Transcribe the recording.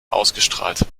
ausgestrahlt